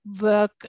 work